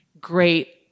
great